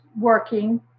working